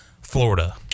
Florida